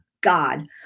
God